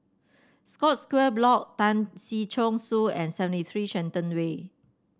Scotts Square Block Tan Si Chong Su and seventy three Shenton Way